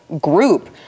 group